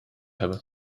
hebben